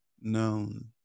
known